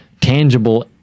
tangible